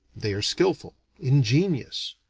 they are skilful. ingenious.